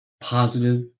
positive